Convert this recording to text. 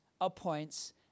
appoints